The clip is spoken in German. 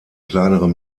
kleinere